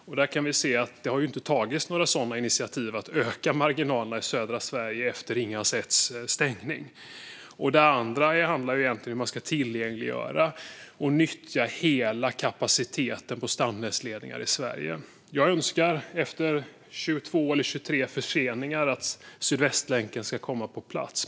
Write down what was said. Vi kan se att det inte har tagits några initiativ för att öka marginalerna i södra Sverige efter stängningen av Ringhals 1. Det andra handlar egentligen om hur man ska tillgängliggöra och nyttja hela kapaciteten på stamnätsledningar i Sverige. Jag önskar, efter 22 eller 23 förseningar, att Sydvästlänken ska komma på plats.